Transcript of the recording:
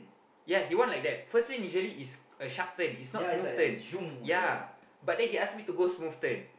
ya he want like that first lane is very ease a sharp turn is not smooth turn ya but then he ask me to go smooth turn